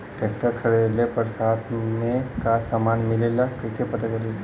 Tractor खरीदले पर साथ में का समान मिलेला कईसे पता चली?